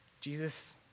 Jesus